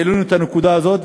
והעלינו את הנקודה הזאת.